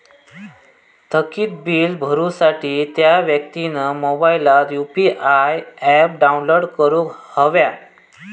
थकीत बील भरुसाठी त्या व्यक्तिन मोबाईलात यु.पी.आय ऍप डाउनलोड करूक हव्या